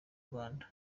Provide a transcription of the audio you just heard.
rwanda